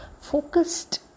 focused